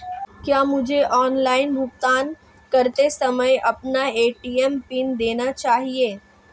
क्या मुझे ऑनलाइन भुगतान करते समय अपना ए.टी.एम पिन देना चाहिए?